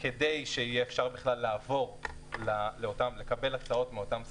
כדי שיהיה אפשר לקבל הצעות מאותם שחקנים,